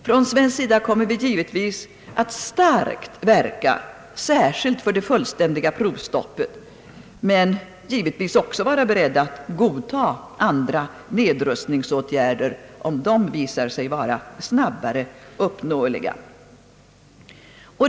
Från svensk sida kommer vi att starkt medverka särskilt för det fullständiga provstoppet, men givetvis också vara beredda att godta andra nedrustningsåtgärder, om de visar sig vara snabbare uppnåeliga.